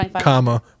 comma